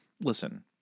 Listen